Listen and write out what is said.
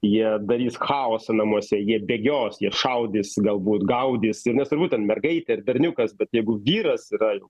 jie darys chaosą namuose jie bėgios jie šaudys galbūt gaudys ir nesvarbu ten mergaitė ar berniukas bet jeigu vyras yra